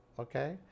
Okay